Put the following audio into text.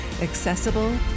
accessible